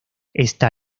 está